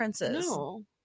No